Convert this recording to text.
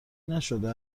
نشده